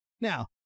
Now